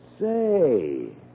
Say